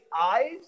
eyes